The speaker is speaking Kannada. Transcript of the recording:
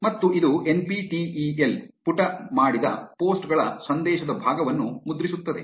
ಮತ್ತು ಇದು N P T E L ಪುಟ ಮಾಡಿದ ಪೋಸ್ಟ್ ಗಳ ಸಂದೇಶದ ಭಾಗವನ್ನು ಮುದ್ರಿಸುತ್ತದೆ